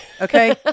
Okay